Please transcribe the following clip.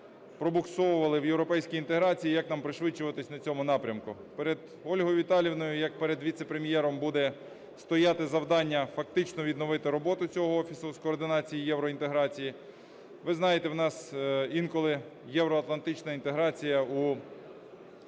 Ви знаєте, в нас інколи євроатлантична інтеграція